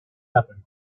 happened